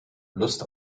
lust